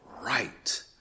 right